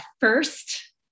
first